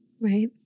right